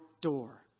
door